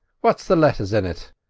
what's the letters in it?